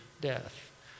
death